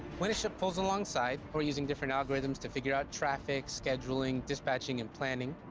when a ship pulls alongside, we're using different algorithms to figure out traffic, scheduling, dispatching, and planning.